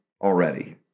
already